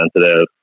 sensitive